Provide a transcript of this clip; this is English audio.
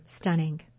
stunning